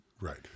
Right